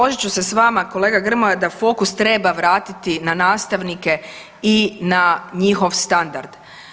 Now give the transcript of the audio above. Složit ću se s vama kolega Grmoja da fokus treba vratiti na nastavnike i na njihov standard.